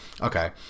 Okay